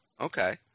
Okay